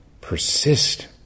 persist